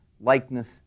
likeness